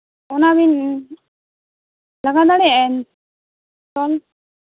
ᱚᱱᱟᱵᱤᱱ ᱞᱟᱜᱟᱣ ᱫᱟᱲᱮᱭᱟᱜᱼᱟ